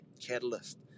Catalyst